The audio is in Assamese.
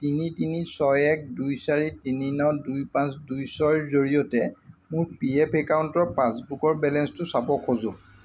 তিনি তিনি ছয় এক দুই চাৰি তিনি ন দুই পাঁচ দুই ছয়ৰ জৰিয়তে মোৰ পি এফ একাউণ্টৰ পাছবুকৰ বেলেঞ্চটো চাব খোজো